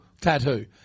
tattoo